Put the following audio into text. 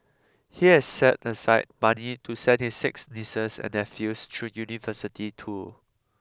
he has set aside money to send his six nieces and nephews through university too